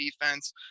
defense